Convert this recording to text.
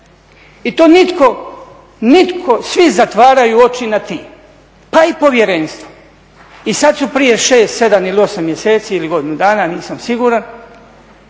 I to nitko, svi zatvaraju oči nad tim, pa i Povjerenstvo. I sad su prije šest, sedam ili osam mjeseci ili godinu dana nisam siguran